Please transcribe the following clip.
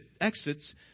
exits